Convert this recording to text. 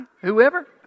whoever